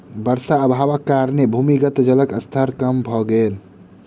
वर्षा अभावक कारणेँ भूमिगत जलक स्तर कम भ गेल